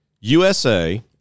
USA